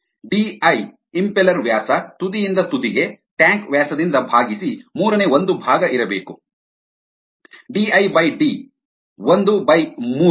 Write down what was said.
DI impeller ವ್ಯಾಸ ತುದಿಯಿಂದ ತುದಿಗೆ ಟ್ಯಾಂಕ್ ವ್ಯಾಸದಿಂದ ಭಾಗಿಸಿ ಮೂರನೇ ಒಂದು ಭಾಗ ಇರಬೇಕು ಡಿಐ ಬೈ ಡಿ ಒಂದು ಬೈ ಮೂರು